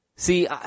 See